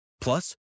Plus